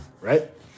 right